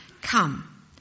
Come